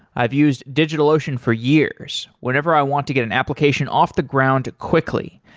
i've used digitalocean for years whenever i want to get an application off the ground quickly,